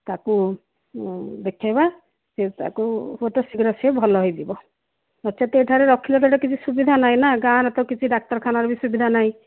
ତାକୁ ଦେଖେଇବା ସେ ତାକୁ ହୁଏତ ଶୀଘ୍ର ସେ ଭଲ ହେଇଯିବ ନଚେତ ଏଠାରେ ରଖିଲେ ତ ଆଡ଼େ କିଛି ସୁବିଧା ନାହିଁ ନା ଗାଁରେ ତ କିଛି ଡାକ୍ତରଖାନାର ବି ସୁବିଧା ନାହିଁ ନା